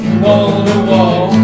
wall-to-wall